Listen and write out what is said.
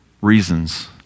reasons